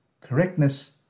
correctness